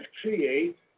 create